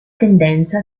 tendenza